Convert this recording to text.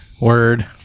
Word